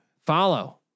follow